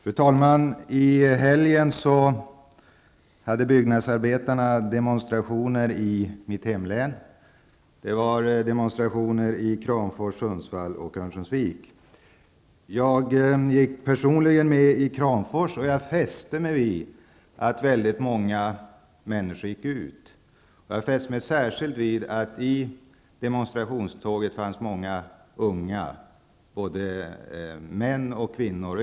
Fru talman! I helgen hade byggnadsarbetarna demonstrationer i mitt hemlän. Det var demonstrationer i Kramfors, Sundsvall och Örnsköldsvik. Jag gick personligen med i Kramfors, och jag fäste mig vid att väldigt många människor gick ut. Jag fäste mig särskilt vid att det i demonstrationståget fanns många unga, både män och kvinnor.